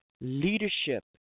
leadership